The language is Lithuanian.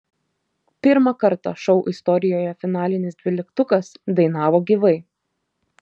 pirmą kartą šou istorijoje finalinis dvyliktukas dainavo gyvai